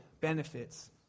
benefits